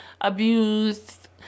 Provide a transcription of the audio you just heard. abused